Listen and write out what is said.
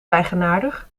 eigenaardig